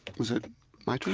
was it my turn?